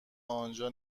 آنجا